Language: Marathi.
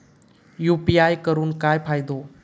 यू.पी.आय करून काय फायदो?